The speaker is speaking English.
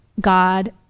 God